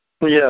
Yes